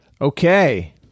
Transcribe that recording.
Okay